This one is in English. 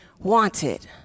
wanted